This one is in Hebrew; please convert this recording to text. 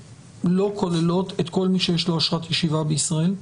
שלא כוללות את כל מי שיש לו אשרת ישיבה בישראל.